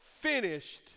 finished